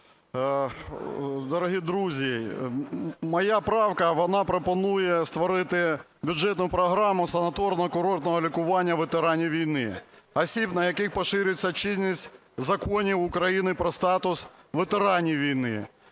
Дорозі друзі, моя правка, вона пропонує створити бюджетну програму санаторно-курортного лікування ветеранів війни, осіб, на яких поширюється чинність законів України: "Про статус ветеранів війни,